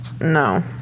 no